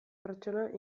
pertsona